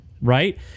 right